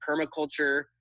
permaculture